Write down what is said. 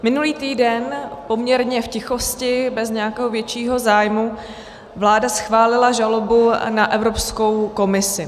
Minulý týden, poměrně v tichosti, bez nějakého většího zájmu, vláda schválila žalobu na Evropskou komisi.